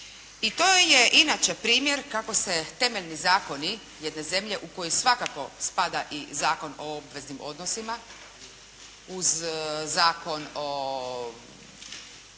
I to je inače primjer kako se temeljni zakoni jedne zemlje u kojoj svakako spada i Zakon o obveznim odnosima uz Zakon o